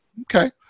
Okay